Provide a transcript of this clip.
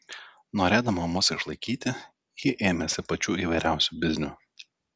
norėdama mus išlaikyti ji ėmėsi pačių įvairiausių biznių